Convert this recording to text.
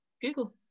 google